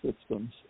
systems